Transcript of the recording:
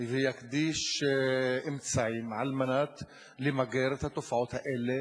ויקדיש אמצעים על מנת למגר את התופעות האלה